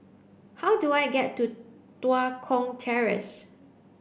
how do I get to Tua Kong Terrace